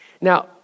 Now